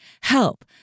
help